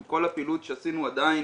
עם כל הפעילות שעשינו עדיין